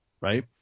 right